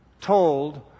told